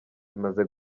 imaze